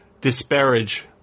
disparage